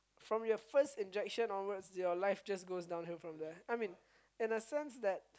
from your first injection onwards your life just goes downhill from there I mean in the sense that